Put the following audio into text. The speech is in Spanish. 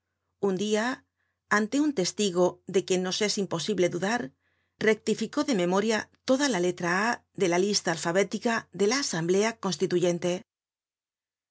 un dia ante un testigo de quien nos es imposible dudar rectificó de memoria toda la letra a de la lista alfabética de la asamblea constituyente